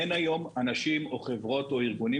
אין היום אנשים או חברות או ארגונים